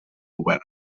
govern